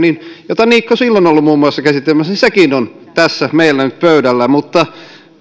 ja jota silloin on ollut muun muassa niikko käsittelemässä sekin on tässä meillä nyt pöydällä mutta